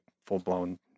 full-blown